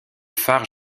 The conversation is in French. phare